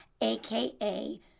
AKA